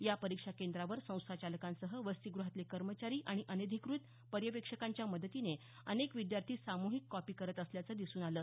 या परीक्षा केंद्रावर संस्थाचालकांसह वसतीगृहातले कर्मचारी आणि अनाधिकृत पर्यवेक्षकाच्या मदतीने अनेक विद्यार्थी सामुहिक कॉपी करीत असल्याचं दिसून आलं